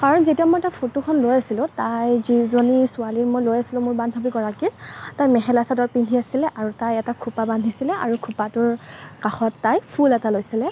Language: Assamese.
কাৰণ যেতিয়া মই তাইৰ ফটোখন লৈ আছিলোঁ তাই যিজনি ছোৱালীৰ মই লৈ আছিলোঁ মোৰ বান্ধৱীগৰাকী তাই মেখেলা চাদৰ পিন্ধি আছিলে আৰু তাই এটা খোপা বান্ধিছিলে আৰু খোপাটোৰ কাষত তাই ফুল এটা লৈছিলে